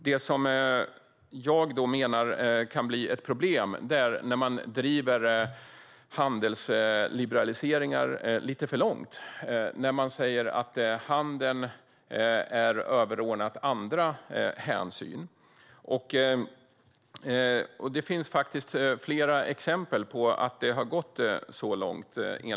Jag menar att det kan bli ett problem när man driver handelsliberaliseringar lite för långt, när man säger att handeln är överordnad andra hänsyn. Enligt mig finns det faktiskt flera exempel på att det har gått så långt.